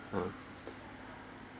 uh